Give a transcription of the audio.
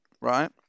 right